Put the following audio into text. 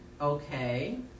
Okay